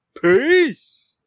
Peace